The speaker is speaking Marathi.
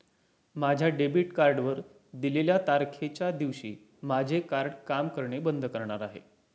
माझ्या डेबिट कार्डवर दिलेल्या तारखेच्या दिवशी माझे कार्ड काम करणे बंद करणार आहे